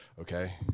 Okay